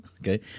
okay